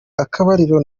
akabariro